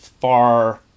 far